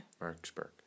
Marksburg